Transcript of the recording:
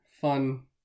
fun